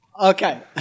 Okay